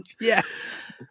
Yes